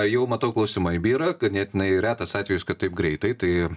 jau matau klausimai byra ganėtinai retas atvejis kad taip greitai tai